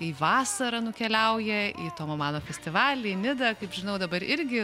į vasarą nukeliauja į tomo mano festivalį nidą kaip žinau dabar irgi